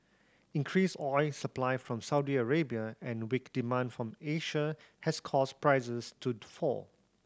increased oil supply from Saudi Arabia and weak demand from Asia has caused prices to fall